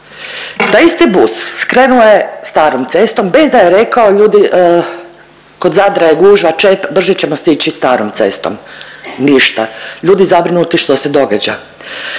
Taj isti bus skrenuo je starom cestom bez da je rekao ljudi kod Zadra je gužva, čep, brže ćemo stići starom cestom. Ništa. Ljudi zabrinuti što se događa.